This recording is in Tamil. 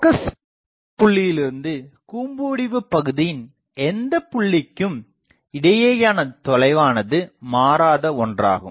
போக்கஸ் புள்ளியிலிருந்து கூம்பு வடிவபகுதியின் எந்தபுள்ளிக்கும் இடையேயான தொலைவானது மாறாத ஒன்றாகும்